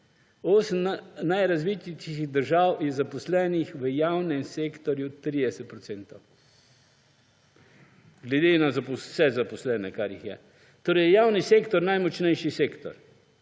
osmih najrazvitejših državah je zaposlenih v javnem sektorju 30 procentov glede na vse zaposlene, kar jih je. Torej, javni sektor je najmočnejših sektor